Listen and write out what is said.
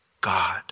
God